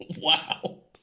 Wow